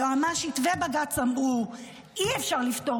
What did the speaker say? היועמ"שית ובג"ץ אמרו: אי-אפשר לפטור